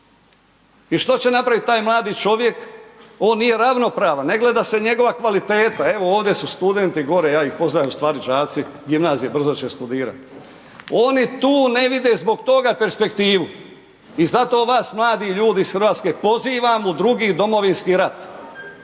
I što će napraviti taj mladi čovjek? On nije ravnopravan, ne gleda se njegova kvaliteta, evo, ovdje su studenti gore, ja ih pozdravljam, u stvari đaci gimnazije, brzo će studirati. Oni tu ne vide zbog toga perspektivu i zato vas, mladi ljudi iz Hrvatske pozivam u drugi Domovinski rat.